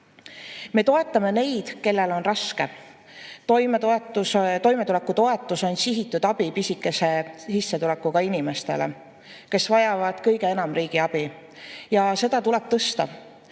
Me toetame neid, kellel on raske. Toimetulekutoetus on sihitud abi pisikese sissetulekuga inimestele, kes vajavad kõige enam riigi abi, ja seda tuleb tõsta.